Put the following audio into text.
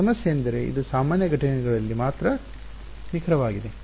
ಸಮಸ್ಯೆಯೆಂದರೆ ಇದು ಸಾಮಾನ್ಯ ಘಟನೆಗಳಲ್ಲಿ ಮಾತ್ರ ನಿಖರವಾಗಿದೆ